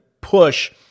push